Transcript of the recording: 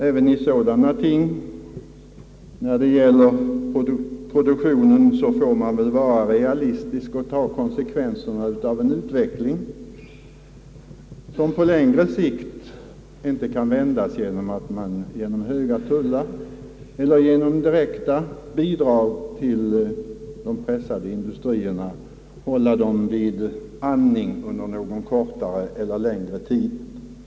även när det gäller produktionen bör vi vara realistiska och ta konsekvenserna av en utveckling som på längre sikt inte kan vändas genom att man medelst höga tullar eller direkta bidrag till pressade industrier söker hålla dem vid liv under kortare eller längre tid.